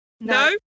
No